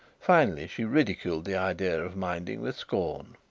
finally she ridiculed the idea of minding with scorn.